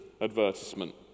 advertisement